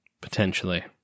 Potentially